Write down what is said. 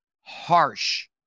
harsh